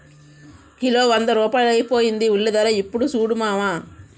kilo వంద రూపాయలైపోయింది ఉల్లిధర యిప్పుడు సూడు మావా